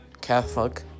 Catholic